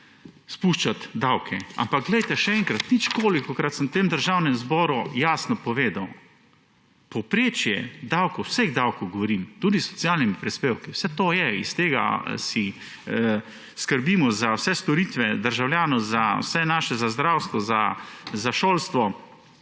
spuščati davke, ampak poglejte še enkrat, ničkolikokrat sem v tem državnem zboru jasno povedal. Povprečje vseh davkov – govorim tudi s socialnimi prispevki – iz tega skrbimo za vse storitve državljanov za zdravstvo, za šolstvo,